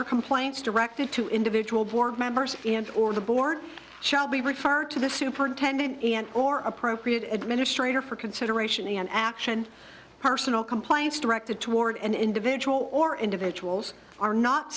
or complaints directed to individual board members or the board shall be referred to the superintendent or appropriate administrator for consideration an action personal compliance directed toward an individual or individuals are not